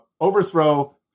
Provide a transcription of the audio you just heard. overthrow